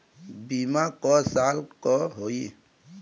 बीमा क साल क होई?